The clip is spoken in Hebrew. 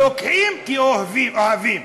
לוקחים, כי אוהבים.